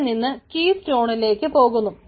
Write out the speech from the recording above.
അവിടെ നിന്ന് കീ സ്റ്റാണിളിലേക്ക് പോകുന്നു